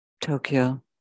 Tokyo